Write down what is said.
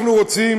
אנחנו רוצים